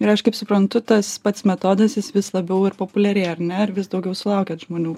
ir aš kaip suprantu tas pats metodas jis vis labiau ir populiarėja ar ne ar vis daugiau sulaukiat žmonių